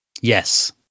Yes